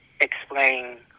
explain